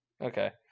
okay